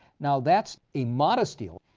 now, that's a modest deal.